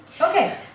Okay